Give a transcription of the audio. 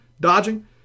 dodging